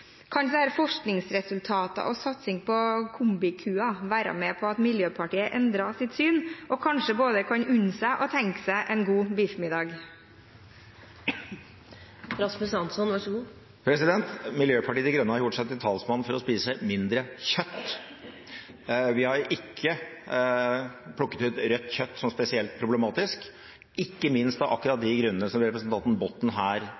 Kan dette forskningsresultatet og satsingen på kombikua være med på å bidra til at Miljøpartiet endrer sitt syn og kanskje kan både unne seg og tenke seg en god biffmiddag? Miljøpartiet De Grønne har gjort seg til talsmann for å spise mindre kjøtt. Vi har ikke plukket ut rødt kjøtt som spesielt problematisk, ikke minst av akkurat de grunnene som representanten Botten her